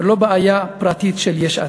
ולא בעיה פרטית של יש עתיד.